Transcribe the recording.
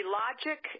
logic